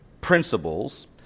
principles